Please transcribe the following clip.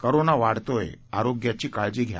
corona वाढतोय आरोग्याची काळजी घ्या